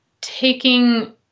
taking